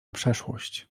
przeszłość